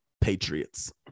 Patriots